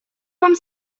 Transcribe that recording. вам